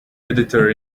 editor